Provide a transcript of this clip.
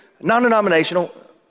non-denominational